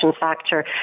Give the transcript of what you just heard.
factor